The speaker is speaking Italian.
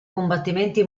combattimenti